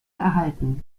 erhalten